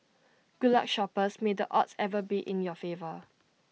good luck shoppers may the odds ever be in your favour